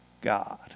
God